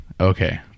Okay